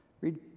Read